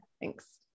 Thanks